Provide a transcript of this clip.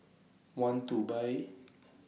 want to Buy